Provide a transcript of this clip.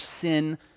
sin